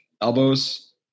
elbows